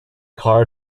car